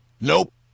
nope